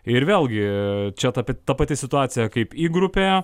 ir vėlgi čia tapi ta pati situacija kaip į grupėje